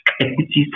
equities